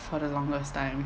for the longest time